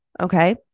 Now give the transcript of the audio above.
Okay